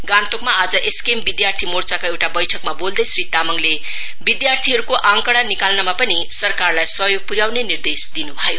गान्तोकमा आज एसकेएम विद्यार्थी मोर्चाको एउटा वैठकमा बोल्दै श्री तामाङले विधार्थीहरुको आंकड़ा निकाल्नमा पनि सरकारलाई सहयोग पुर्याउने निर्देश दिनु भयो